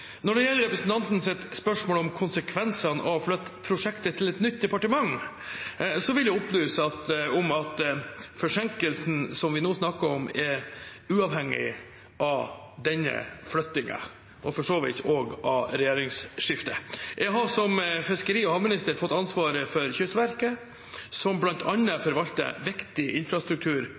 Når det gjelder representantens spørsmål om konsekvensene av å flytte prosjektet til et nytt departement, vil jeg opplyse om at forsinkelsen som vi nå snakker om, er uavhengig av denne flyttingen, og for så vidt også av regjeringsskiftet. Jeg har som fiskeri- og havminister fått ansvaret for Kystverket, som bl.a. forvalter viktig infrastruktur